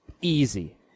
easy